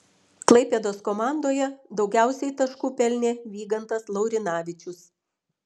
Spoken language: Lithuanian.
klaipėdos komandoje daugiausiai taškų pelnė vygantas laurinavičius